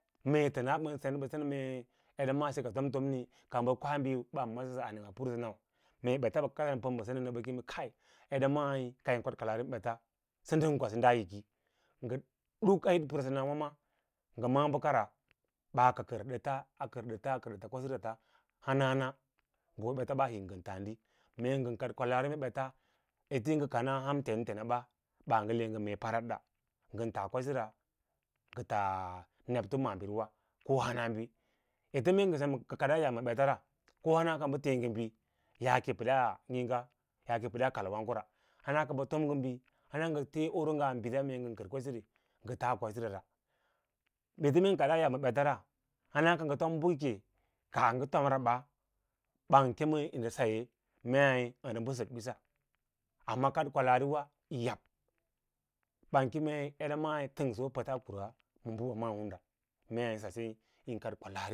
Mee tans ban sen ba sen ba keme siks eda tom tom ni ka ba keva ti baa masa a new va pmsa na, mee bets kad pam ba sen na ba kem kai eda masi kai kad kwalaari ma bets sa ndam kwasi daa hiki ko kai hit pursuna ma mba m’a bakara baa karkav bats a kardets data kaa kir wasira ta hanan nga ho baa hik nga taadi mee ngan kad kwalaari ma bets eten ga kanaa ham tenten a ba baa ngale mga mee pavadda ngan tas kwasira nga taa nebto maatiriwa ko hans bi suisi pamee nga kadaa yab ma bets na ko hana kaba tee nga bi yaska padan tunsel al wandgo ra hana ka ba tom ngabi tana nga tee oro nga bi ngan kar kwasira nga fas kwasira ete mae yi kadaa ya ma bets ra hanaka nga tom bakake kaa nga tom ra b kem a nda saye mei a nda ba sakbisa amma kad kwalariwa yo ya ban kemei edam ai tangso bets kara mee baba maa ra mee sase ein kad kwalasari,